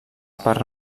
per